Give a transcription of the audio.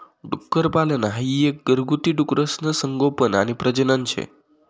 डुक्करपालन हाई एक घरगुती डुकरसनं संगोपन आणि प्रजनन शे